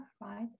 right